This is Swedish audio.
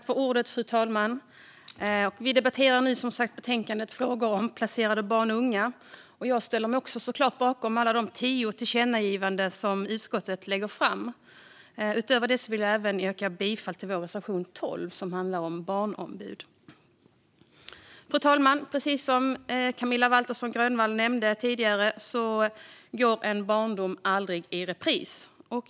Fru talman! Vi debatterar som sagt betänkandet Frågor om placerade barn och unga , och jag ställer mig också såklart bakom alla de tio tillkännagivanden som utskottet lägger fram. Utöver detta vill jag även yrka bifall till vår reservation 12, som handlar om barnombud. Fru talman! Precis som Camilla Waltersson Grönvall nämnde tidigare går en barndom aldrig i repris.